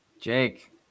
Jake